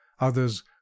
Others